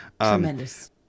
Tremendous